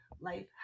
life